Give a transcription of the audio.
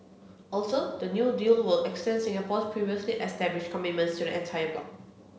also the new deal will extend Singapore's previously established commitments to the entire bloc